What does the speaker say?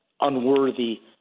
unworthy